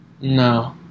No